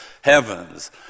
heavens